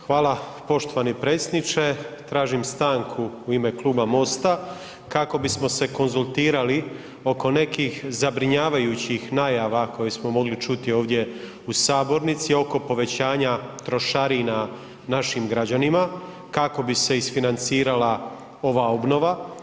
Hvala poštovani predsjedniče, tražim stanku u ime Kluba MOST-a kako bismo se konzultirali oko nekih zabrinjavajućih najava koje smo mogli čuti ovdje u sabornici oko povećavanja trošarina našim građanima kako bi se isfinancirala ova obnova.